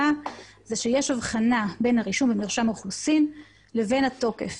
זה שיש הבחנה בין הרישום במרשם האוכלוסין לבין התוקף.